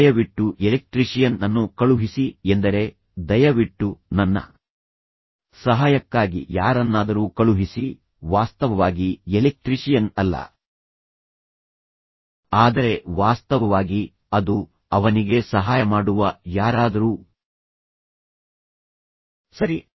ದಯವಿಟ್ಟು ಎಲೆಕ್ಟ್ರಿಷಿಯನ್ ಅನ್ನು ಕಳುಹಿಸಿ ಎಂದರೆ ದಯವಿಟ್ಟು ನನ್ನ ಸಹಾಯಕ್ಕಾಗಿ ಯಾರನ್ನಾದರೂ ಕಳುಹಿಸಿ ವಾಸ್ತವವಾಗಿ ಎಲೆಕ್ಟ್ರಿಷಿಯನ್ ಅಲ್ಲ ಆದರೆ ವಾಸ್ತವವಾಗಿ ಅದು ಅವನಿಗೆ ಸಹಾಯ ಮಾಡುವ ಯಾರಾದರೂ ಸರಿ